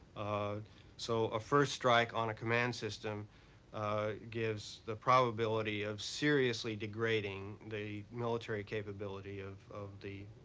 so, a first strike on a command system gives the probability of seriously degrading the military capability of of the